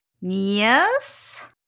yes